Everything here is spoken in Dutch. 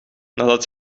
nadat